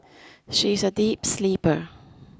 she is a deep sleeper